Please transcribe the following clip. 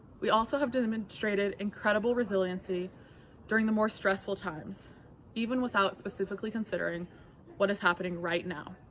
we also have demonstrated incredible resiliency during the more stressful times even without specifically considering what is happening right now.